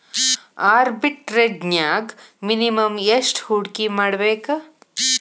ಆರ್ಬಿಟ್ರೆಜ್ನ್ಯಾಗ್ ಮಿನಿಮಮ್ ಯೆಷ್ಟ್ ಹೂಡ್ಕಿಮಾಡ್ಬೇಕ್?